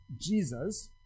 Jesus